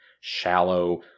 shallow